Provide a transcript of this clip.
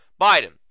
Biden